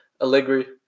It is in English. Allegri